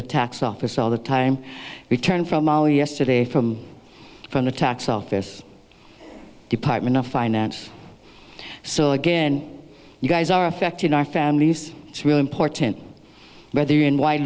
the tax office all the time return from our yesterday from from the tax office department of finance so again you guys are affecting our families it's really important whether in w